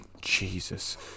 Jesus